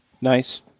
Nice